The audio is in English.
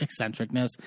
eccentricness